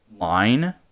line